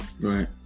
Right